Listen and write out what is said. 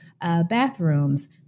bathrooms